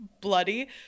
bloody